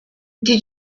did